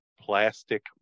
Plastic